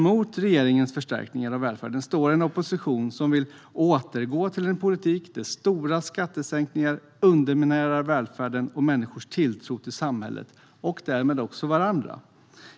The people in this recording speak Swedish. Mot regeringens förstärkningar av välfärden står en opposition som vill återgå till en politik där stora skattesänkningar underminerar välfärden och människors tilltro till samhället och därmed också varandra.